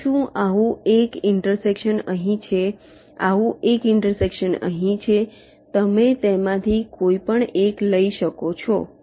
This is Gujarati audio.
તો શું આવું એક ઇન્ટરસેક્શન અહીં છે આવું એક ઇન્ટરસેક્શન અહીં છે તમે તેમાંથી કોઈપણ એક લઈ શકો છો